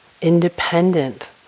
independent